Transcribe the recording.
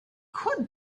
could